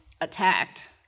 attacked